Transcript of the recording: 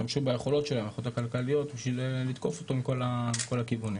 השתמשו ביכולות שלהם בשביל לתקוף אותו מכל הכיוונים.